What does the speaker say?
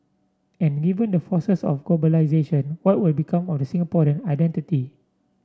and given the forces of globalisation what will become of the Singaporean identity